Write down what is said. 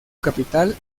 capital